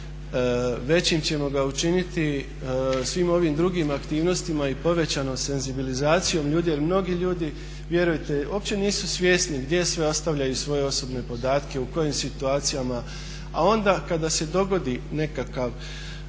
Većim ćemo ga učiniti svim ovim drugim aktivnostima i povećanom senzibilizacijom ljudi, jer mnogi ljudi vjerujte uopće nisu svjesni gdje sve ostavljaju svoje osobne podatke, u kojim situacijama, a onda kada se dogodi nekakva